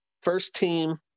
first-team